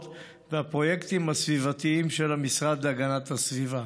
והפרויקטים הסביבתיים של המשרד להגנת הסביבה.